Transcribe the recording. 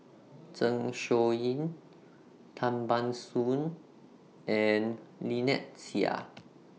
Zeng Shouyin Tan Ban Soon and Lynnette Seah